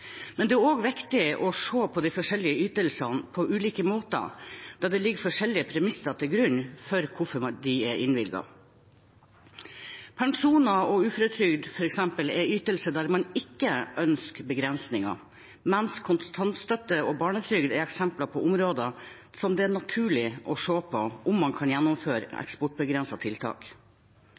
Men det er også viktig å se på de forskjellige ytelsene på ulike måter, da det ligger forskjellige premisser til grunn for hvorfor de er innvilget. Pensjoner og uføretrygd er f.eks. ytelser der man ikke ønsker begrensninger, mens kontantstøtte og barnetrygd er eksempler på området hvor det er naturlig å se på om man kan gjennomføre eksportbegrensende tiltak.